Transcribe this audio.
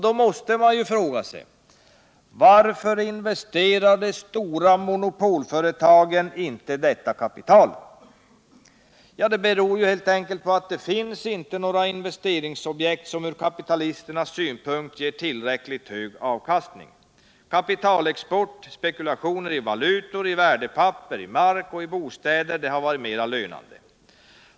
Då måste man fråga sig: Varför investerar de stora monopolföretagen inte detta kapital? Jo, det beror helt enkelt på att det inte finns några investeringsobjekt som ur kapitalisternas synvinkel ger tillräckligt hög avkastning. Kapitalexport, spekulation med valutor, värdepapper, mark och bostäder har varit mera lönande.